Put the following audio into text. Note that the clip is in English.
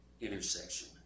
intersection